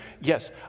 Yes